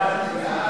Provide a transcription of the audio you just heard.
ההצעה